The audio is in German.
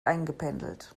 eingependelt